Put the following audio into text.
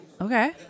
Okay